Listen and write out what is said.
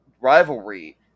rivalry